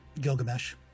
Gilgamesh